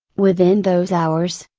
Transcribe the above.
within those hours,